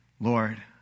Lord